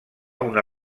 una